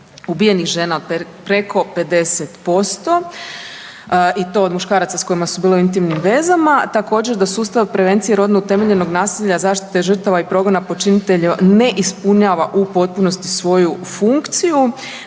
ubijenih žena od preko 50% i to od muškaraca s kojima su bile u intimnim vezama. Također, da sustav prevencije rodno utemeljenog nasilja, zaštite žrtava i progona počinitelja ne ispunjava u potpunosti svoju funkciju,